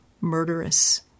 murderous